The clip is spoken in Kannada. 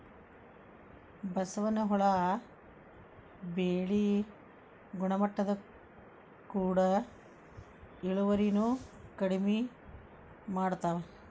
ಬಸವನ ಹುಳಾ ಬೆಳಿ ಗುಣಮಟ್ಟದ ಕೂಡ ಇಳುವರಿನು ಕಡಮಿ ಮಾಡತಾವ